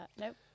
nope